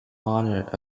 honor